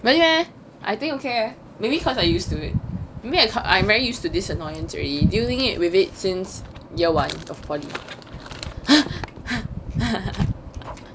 really meh I think okay eh maybe cause I used to it maybe I'm very used to this annoyance already dealing it with it since year one of poly